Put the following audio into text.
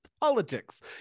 politics